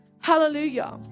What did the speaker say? Hallelujah